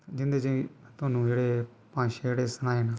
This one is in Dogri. जिंदे च तोआनूं पंज छे जेह्ड़े सनाए न